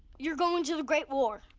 you're going to the great war?